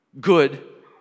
good